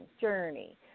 Journey